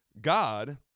God